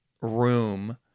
room